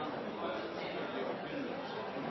der vi også har